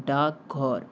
ডাকঘর